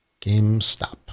GameStop